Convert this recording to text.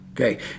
okay